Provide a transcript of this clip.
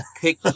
pick